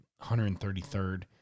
133rd